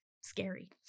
scary